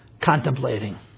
contemplating